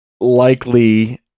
likely